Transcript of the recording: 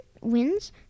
wins